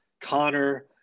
connor